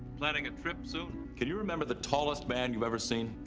planning a trip soon? can you remember the tallest man you've ever seen?